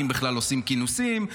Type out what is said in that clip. האם בכלל עושים כינוסים?